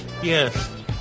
Yes